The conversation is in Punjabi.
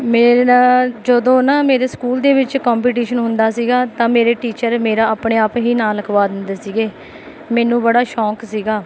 ਮੇਰੇ ਨਾਲ ਜਦੋਂ ਨਾ ਮੇਰੇ ਸਕੂਲ ਦੇ ਵਿੱਚ ਕੰਪੀਟੀਸ਼ਨ ਹੁੰਦਾ ਸੀ ਤਾਂ ਮੇਰੇ ਟੀਚਰ ਮੇਰਾ ਆਪਣੇ ਆਪ ਹੀ ਨਾਂ ਲਿਖਵਾ ਦਿੰਦੇ ਸੀ ਮੈਨੂੰ ਬੜਾ ਸ਼ੌਂਕ ਸੀ